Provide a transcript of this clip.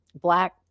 black